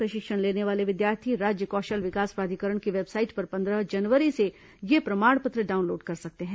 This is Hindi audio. प्रशिक्षण लेने वाले विद्यार्थी राज्य कौशल विकास प्राधिकरण की वेबसाइट पर पंद्रह जनवरी से यह प्रमाण पत्र डाउनलोड कर सकते हैं